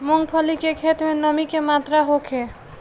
मूँगफली के खेत में नमी के मात्रा का होखे?